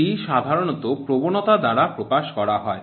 এটি সাধারণত প্রবণতা দ্বারা প্রকাশ করা হয়